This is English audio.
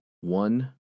one